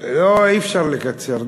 לא, אי-אפשר לקצר.